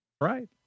Right